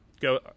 go